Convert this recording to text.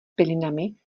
pilinami